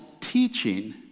teaching